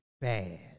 bad